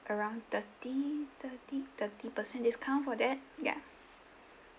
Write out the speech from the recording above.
around thirty thirty thirty percent discount for that ya